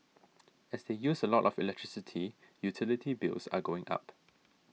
as they use a lot of electricity utility bills are going up